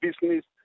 business